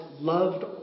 loved